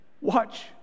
watch